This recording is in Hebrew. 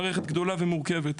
מערכת גדולה ומורכבת,